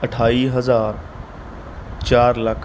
ਅਠਾਈ ਹਜ਼ਾਰ ਚਾਰ ਲੱਖ